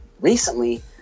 recently